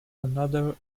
another